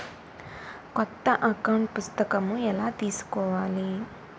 కొత్త అకౌంట్ పుస్తకము ఎలా తీసుకోవాలి?